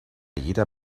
jeder